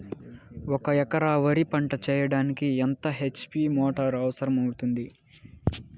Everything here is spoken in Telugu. ఒక ఎకరా వరి పంట చెయ్యడానికి ఎంత హెచ్.పి మోటారు అవసరం అవుతుంది?